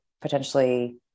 potentially